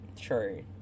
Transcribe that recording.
True